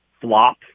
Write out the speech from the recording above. flop